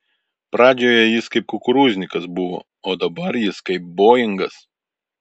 pradžioje jis kaip kukurūznikas buvo o dabar jis kaip boingas